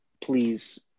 Please